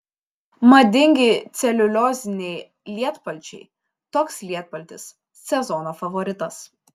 madingi celiulioziniai lietpalčiai toks lietpaltis sezono favoritas